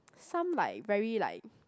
some like very like